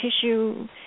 tissue